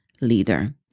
leader